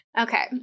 Okay